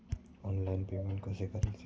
Online payment कसे करायचे?